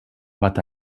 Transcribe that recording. but